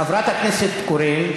חברת הכנסת קורן,